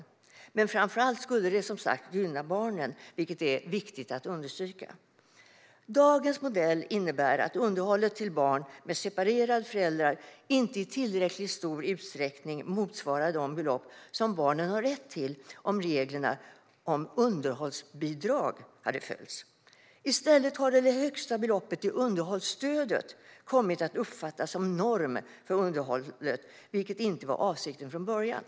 Men framför allt skulle det som sagt gynna barnen, vilket är viktigt att understryka. Dagens modell innebär att underhållet till barn med separerade föräldrar inte i tillräckligt stor utsträckning motsvarar de belopp som barnen har rätt till om reglerna om underhållsbidrag hade följts. I stället har det högsta beloppet i underhållsstödet kommit att uppfattas som norm för underhållet, vilket inte var avsikten från början.